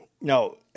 No